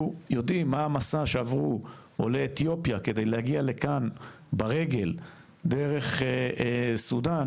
יודעים מה המסע שעברו עולי אתיופיה כדי להגיע לכאן ברגל דרך סודאן,